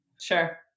Sure